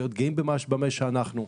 להיות גאים במה שאנחנו,